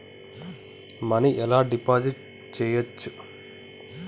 Money ఎలా deposit చేయచ్చు?